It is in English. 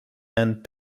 and